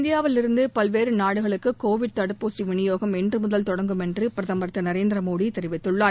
இந்தியாவிலிருந்து பல்வேறு நாடுகளுக்கு கோவிட் தடுப்பூசி விநியோகம் இன்றுமுதல் தொடங்கும் என்று பிரதமர் திரு நரேந்திர மோடி தெரிவித்துள்ளார்